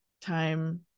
time